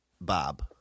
Bob